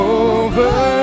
over